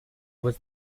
was